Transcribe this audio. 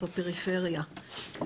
בפריפריה.